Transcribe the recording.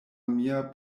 mia